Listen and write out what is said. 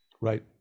Right